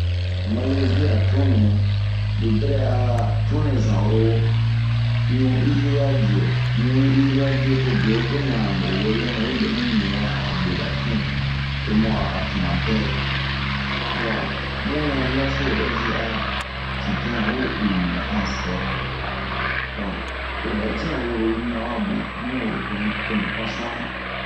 Malɛzi a tun nɛ ,ri bɛrɛ a tun nɛ ,ɲuu i'iriya dio, ɲuu yi i'iriya dio ,to bie wo bie nɛ ho wewia nɛ we lemu ɲuuwa a gueba tun, to bun a tumabɛɛ donke bunɲa hiase ovɛ yi a pinpian ɲan we uwibin a sɛra ba, donk to hɛtin a woro mana wa gue amu we boni tomu pan suani.